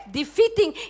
defeating